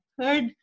third